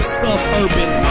suburban